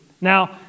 now